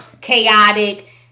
chaotic